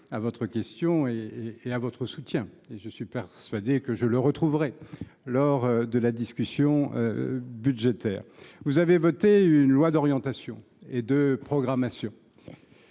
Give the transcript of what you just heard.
à votre question et à votre soutien. Parfait ! Je suis persuadé que je le retrouverai lors de la discussion budgétaire… Complètement ! Vous avez voté une loi d’orientation et de programmation